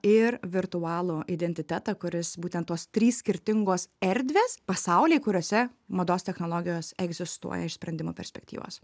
ir virtualų identitetą kuris būtent tos trys skirtingos erdvės pasauliai kuriuose mados technologijos egzistuoja iš sprendimo perspektyvos